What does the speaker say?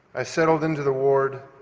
i settled in to the ward.